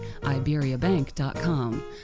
iberiabank.com